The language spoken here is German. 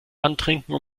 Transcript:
antrinken